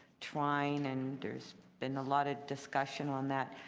trying and there's been a lot of discussion on that,